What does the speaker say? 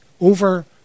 over